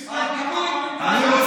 תן מספר, על ביטוי, על ביטוי אחד יצאת.